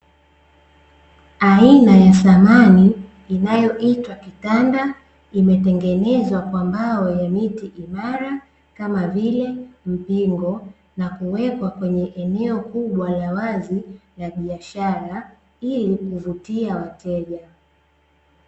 Aina ya samani inayoitwa kitanda, imetengenezwa kwa mbao ya miti imara kama vile mpingo, na kuwekwa kwenye eneo kubwa la wazi la biashara, ili kuvutia wateja.